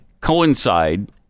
coincide